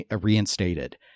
reinstated